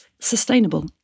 sustainable